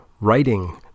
writing